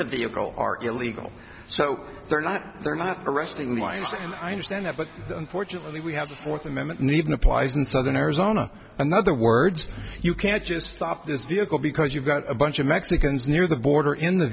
the vehicle are illegal so they're not they're not arresting lines and i understand that but unfortunately we have the fourth amendment needing applies in southern arizona another words you can't just stop this vehicle because you've got a bunch of mexicans near the border in